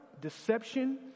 deception